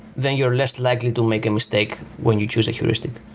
then you're less likely to make a mistake when you choose a heuristic,